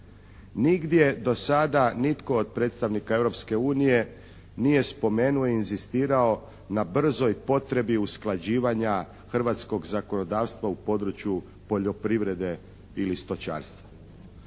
nigdje do sada nitko od predstavnika Europske unije nije spomenuo, inzistirao na brzoj potrebi usklađivanja hrvatskog zakonodavstva u području poljoprivrede ili stočarstva.